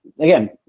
again